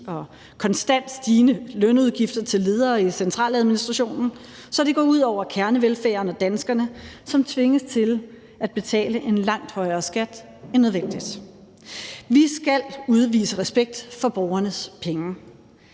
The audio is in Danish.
og konstant stigende lønudgifter til ledere i centraladministrationen, så det går ud over kernevelfærden og danskerne, som tvinges til at betale en langt højere skat end nødvendigt. Vi skal udvise respekt for borgernes penge.